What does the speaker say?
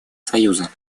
союза